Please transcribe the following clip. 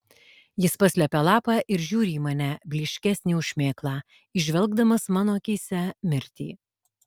jis paslepia lapą ir žiūri į mane blyškesnį už šmėklą įžvelgdamas mano akyse mirtį